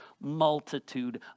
multitude